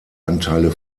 anteile